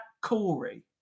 Corey